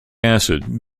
acid